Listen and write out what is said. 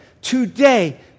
Today